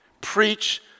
Preach